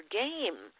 game